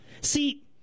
See